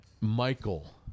Michael